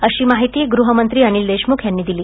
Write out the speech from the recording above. अशी माहिती गृहमंत्री अनिल देशमुख यांनी दिली